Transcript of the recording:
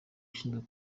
ushinzwe